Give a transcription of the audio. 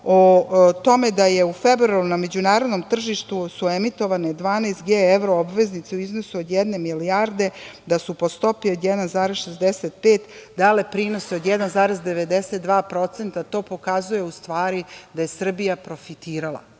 o tome da je u februaru na međunarodnom tržištu su emitovane 12G evroobveznice u iznosu od jedne milijarde, da su po stopi od 1,65 dale prinos od 1,92%. To pokazuje, u stvari, da je Srbija profitirala,